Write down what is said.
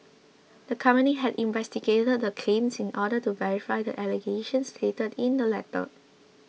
the company had investigated the claims in order to verify the allegations stated in the letter